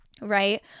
right